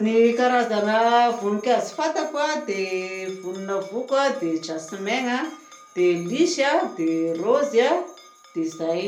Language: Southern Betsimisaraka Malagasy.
Ny karazana voninkazo fantako a dia voninavoko dia jasmin lisy a, dia raozy a. Dia zay!